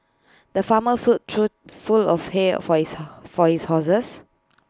the farmer filled A trough full of hay for his for his horses